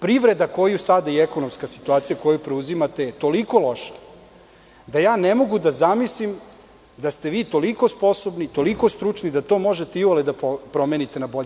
Privreda koju sada i ekonomska situacija koju preuzimate je toliko loša da ja ne mogu da zamislim da ste vi toliko sposobni, toliko stručni da to možete iole da promenite na bolje.